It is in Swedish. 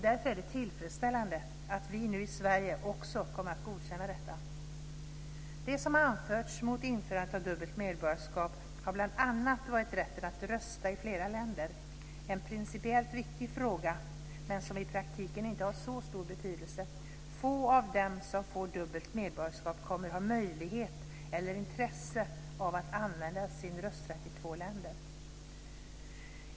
Därför är det tillfredsställande att vi i Sverige också kommer att godkänna detta nu. Det som anförts mot införandet av dubbelt medborgarskap har bl.a. varit rätten att rösta i flera länder. Det är en principiellt viktig fråga, men den har inte så stor betydelse i praktiken. Få av dem som får dubbelt medborgarskap kommer att ha möjlighet eller intresse av att använda sin rösträtt i två länder.